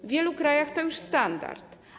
W wielu krajach to już standard.